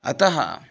अतः